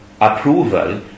approval